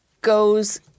goes